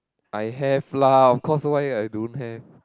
I have lah of course so why are you don't have